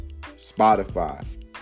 Spotify